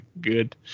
good